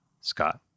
Scott